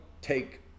take